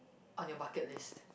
on your bucket list